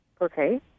Okay